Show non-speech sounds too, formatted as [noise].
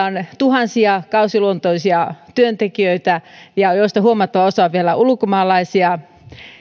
[unintelligible] on tuhansia kausiluontoisia työntekijöitä joista huomattava osa on vielä ulkomaalaisia